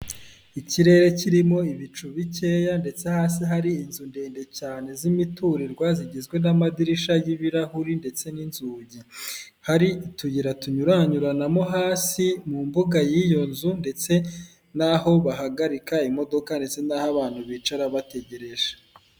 Ikirere kirimo ibicu bikeya ndetse hasi hari inzu ndende cyane z'imiturirwa zigizwe n'amadirisha y'ibirahuri ndetse n'inzugi, hari utuyira tunyuranyuranamo hasi mu mbuga y'iyo nzu ndetse n'aho bahagarika imodoka ndetse n'aho abantu bicara bategereje.